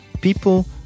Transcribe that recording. People